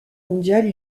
mondiale